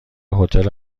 هتل